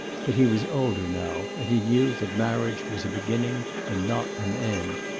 but he was older now, and he knew that marriage was a beginning and not an end.